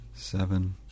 Seven